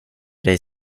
dig